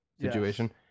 situation